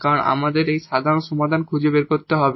কারণ আমাদের একটি সাধারণ সমাধান খুঁজে বের করতে হবে